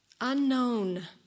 unknown